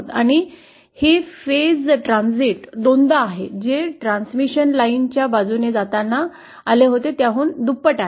आणि फेज संक्रमण दोनदा आहे जे ट्रान्समिशन लाइनच्या बाजूने जाताना आले होते त्याहून दुप्पट आहे